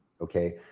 Okay